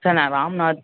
sir நான் ராம்நாத்